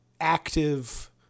active